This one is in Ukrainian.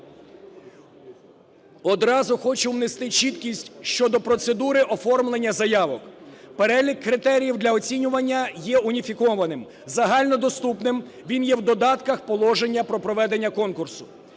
Одразу хочу внести чіткість щодо процедури оформлення заявок. Перелік критеріїв для оцінювання є уніфікованим, загальнодоступним, він є в додатках положення про проведення конкурсу.